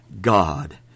God